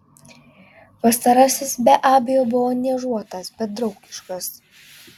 pastarasis be abejo buvo niežuotas bet draugiškas